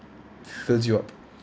fills you up